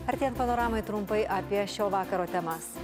artėjant panoramai trumpai apie šio vakaro temas